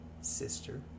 sister